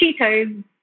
Cheetos